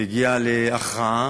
והגיע להכרעה.